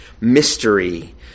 mystery